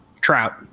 Trout